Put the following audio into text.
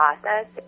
process